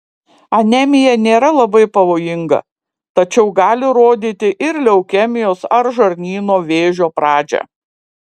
anemija nėra labai pavojinga tačiau gali rodyti ir leukemijos ar žarnyno vėžio pradžią